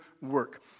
work